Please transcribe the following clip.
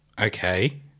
Okay